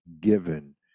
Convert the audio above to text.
given